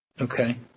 Okay